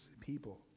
people